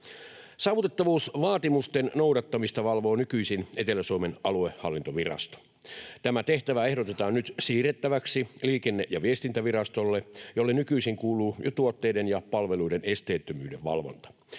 Saavutettavuusvaatimusten noudattamista valvoo nykyisin Etelä-Suomen aluehallintovirasto. Tämä tehtävä ehdotetaan nyt siirrettäväksi Liikenne- ja viestintävirastolle, jolle nykyisin kuuluu jo tuotteiden ja palveluiden esteettömyyden valvonta.